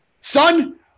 son